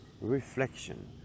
reflection